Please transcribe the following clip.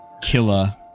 Killer